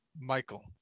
Michael